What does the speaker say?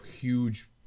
huge